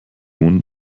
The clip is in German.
wohnt